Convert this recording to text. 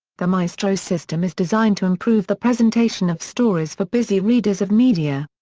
the maestro system is designed to improve the presentation of stories for busy readers of media.